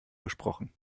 gesprochen